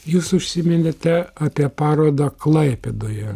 jūs užsiminėte apie parodą klaipėdoje